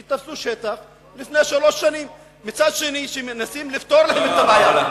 שתפסו שטח לפני שלוש שנים ומנסים לפתור להם את הבעיה.